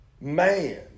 man